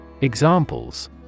Examples